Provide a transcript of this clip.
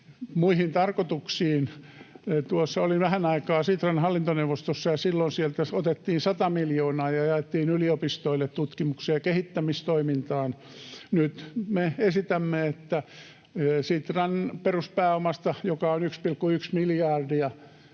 muihin tarkoituksiin. Tuossa olin vähän aikaa Sitran hallintoneuvostossa, ja silloin sieltä otettiin 100 miljoonaa ja jaettiin yliopistoille, tutkimukseen ja kehittämistoimintaan. Nyt me esitämme, että Sitran peruspääomasta, joka on 1,1 miljardia,